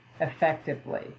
effectively